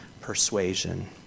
persuasion